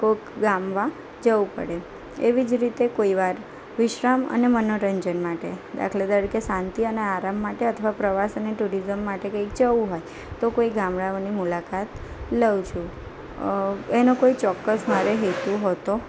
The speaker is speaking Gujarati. કોઈક ગામમાં જવું પડે એવી જ રીતે કોઈવાર વિશ્રામ અને મનોરંજન માટે દાખલા તરીકે શાંતિ અને આરામ માટે અથવા પ્રવાસ અને ટુરિઝમ માટે કંઈક જવું હોય તો કોઈ ગામડાંઓની મુલાકાત લઉં છું એનો કોઈ ચોક્કસ મારે હેતુ હો તો